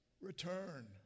Return